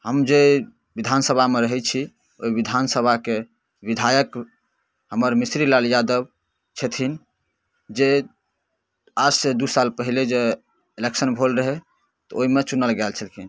हम जे विधानसभामे रहै छी ओइ विधानसभाके विधायक हमर मिसरी लाल यादव छथिन जे आजसँ दुइ साल पहिले जे इलेक्शन भेल रहै तऽ ओहिमे चुनल गेल छलखिन